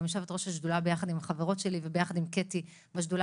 יושבת-ראש השדולה ביחד עם החברות שלי ויחד עם קטי שטרית בשדולה